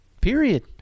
period